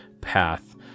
path